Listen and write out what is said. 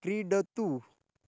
क्रीडतु